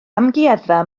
amgueddfa